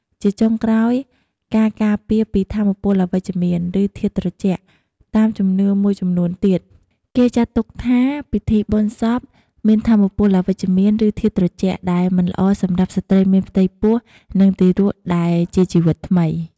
ជាចុងក្រោយ ការការពារពីថាមពលអវិជ្ជមាន ឬធាតុត្រជាក់ តាមជំនឿមួយចំនួនទៀត គេចាត់ទុកថាពិធីបុណ្យសពមានថាមពលអវិជ្ជមាន ឬធាតុត្រជាក់ ដែលមិនល្អសម្រាប់ស្ត្រីមានផ្ទៃពោះ និងទារកដែលជាជីវិតថ្មី។